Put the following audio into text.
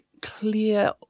clear